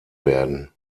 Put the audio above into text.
werden